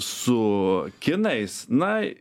su kinais na